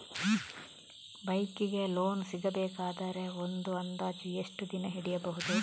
Bike ಗೆ loan ಸಿಗಬೇಕಾದರೆ ಒಂದು ಅಂದಾಜು ಎಷ್ಟು ದಿನ ಹಿಡಿಯಬಹುದು?